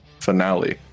finale